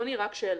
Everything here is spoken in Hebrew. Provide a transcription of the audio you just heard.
וברצוני רק שאלה.